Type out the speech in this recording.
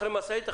אחרי משאית,